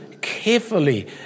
carefully